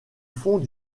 fond